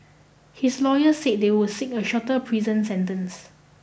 his lawyer said they would seek a shorter prison sentence